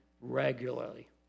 regularly